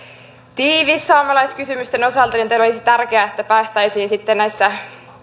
tiivis saamelaiskysymysten osalta joten olisi tärkeää että päästäisiin sitten näissä